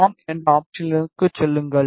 ஆம் என்ற ஆப்ஷனிற்கு செல்லுங்கள்